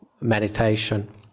meditation